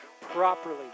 properly